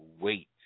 wait